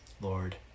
Lord